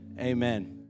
amen